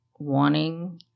wanting